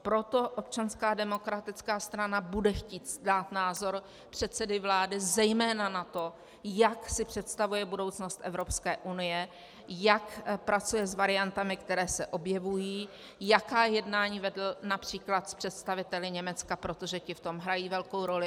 Proto Občanská demokratická strana bude chtít znát názor předsedy vlády, zejména na to, jak si představuje budoucnost Evropské unie, jak pracuje s variantami, které se objevují, jaká jednání vedl např. s představiteli Německa, protože ti v tom hrají velkou roli.